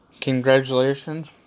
congratulations